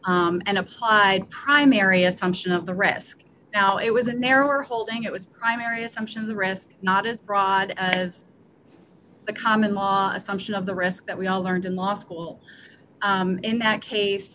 and applied primary assumption of the risk now it was a narrower holding it was primary assumption of the risk not as broad as the common law assumption of the risk that we all learned in law school in that case